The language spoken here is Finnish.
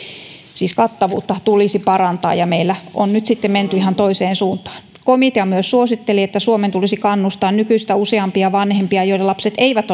siis kattavuutta tulisi parantaa ja meillä on nyt sitten menty ihan toiseen suuntaan komitea myös suositteli että suomen tulisi kannustaa nykyistä useampia vanhempia joiden lapset eivät